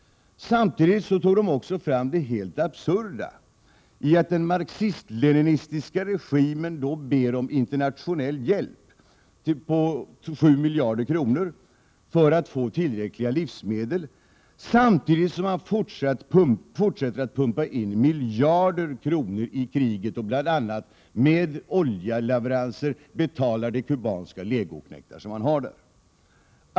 Samtidigt drog de också fram det helt absurda i att den marxist-leninistiska regimen ber om internationell hjälp på 7 miljarder kronor för 'att få tillräckligt med livsmedel samtidigt som man fortsätter att pumpa in miljarder i kriget och betalar för de kubanska legoknektarna med bl.a. oljeleveranser.